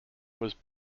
was